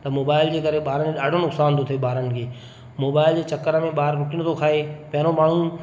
त मोबाइल जे करे ॿारनि ॾाढो नुक़सान थो थिए ॿारनि खे मोबाइल जे चक्कर में ॿार रोटी न थो खाए पहरियों माण्हू